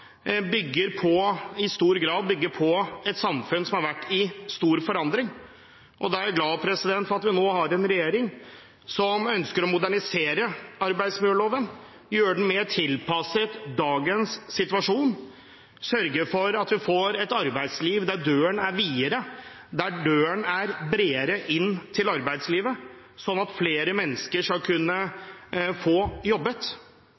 i stor grad bygger på et samfunn som har vært i stor forandring. Jeg er glad for at vi nå har en regjering som ønsker å modernisere arbeidsmiljøloven – gjøre den mer tilpasset dagens situasjon og sørge for at døren inn til arbeidslivet er videre og bredere, slik at flere mennesker skal kunne jobbe. Om det ikke nødvendigvis er 100 pst., kan det være at noen mennesker